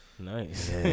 Nice